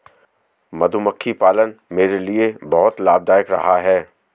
मधुमक्खी पालन मेरे लिए बहुत लाभदायक रहा है